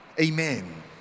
amen